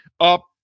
up